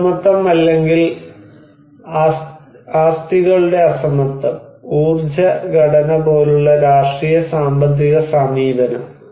അസമത്വം അല്ലെങ്കിൽ ആസ്തികളുടെ അസമത്വം ഊർജ്ജ ഘടന പോലുള്ള രാഷ്ട്രീയ സാമ്പത്തിക സമീപനം